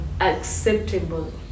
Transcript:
acceptable